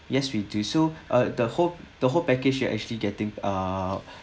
yes we do so uh the whole the whole package you are actually getting uh